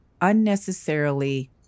unnecessarily